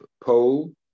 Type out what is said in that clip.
pole